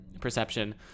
perception